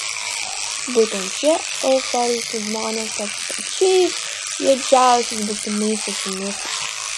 būtent šie euforiški žmonės taps pačiais juodžiausiais būsimais pesimistais